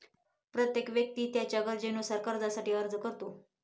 प्रत्येक व्यक्ती त्याच्या गरजेनुसार कर्जासाठी अर्ज करतो